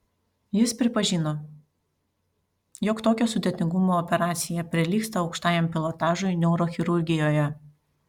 jis pripažino jog tokio sudėtingumo operacija prilygsta aukštajam pilotažui neurochirurgijoje